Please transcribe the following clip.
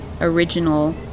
original